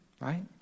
right